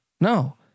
no